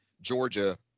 Georgia